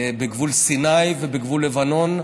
בגבול סיני ובגבול לבנון,